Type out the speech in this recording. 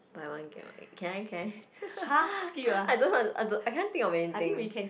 buy one get one can I can I don't know I I cannot think of anything